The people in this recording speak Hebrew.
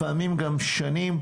לפעמים גם שנים,